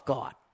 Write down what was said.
God